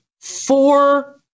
four